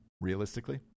realistically